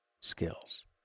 skills